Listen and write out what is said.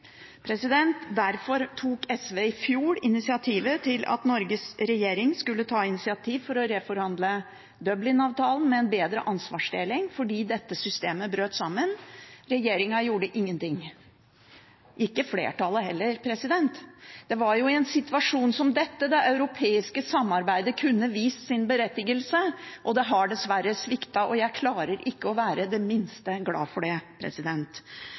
Derfor tok SV i fjor initiativ til at Norges regjering skulle ta initiativ for å reforhandle Dublin-avtalen med en bedre ansvarsdeling, fordi dette systemet brøt sammen. Regjeringen gjorde ingen ting – ikke flertallet heller. Det var i en situasjon som dette det europeiske samarbeidet kunne vist sin berettigelse, men det har dessverre sviktet, og jeg klarer ikke å være det minste glad for det,